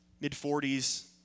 mid-40s